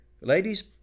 Ladies